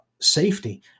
safety